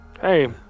Hey